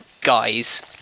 guys